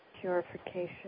Purification